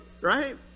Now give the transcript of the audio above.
right